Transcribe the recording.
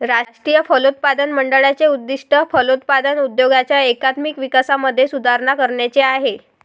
राष्ट्रीय फलोत्पादन मंडळाचे उद्दिष्ट फलोत्पादन उद्योगाच्या एकात्मिक विकासामध्ये सुधारणा करण्याचे आहे